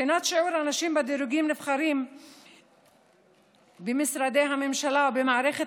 בחינת שיעור הנשים בדירוגים הנבחרים במשרדי הממשלה ובמערכת